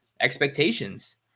expectations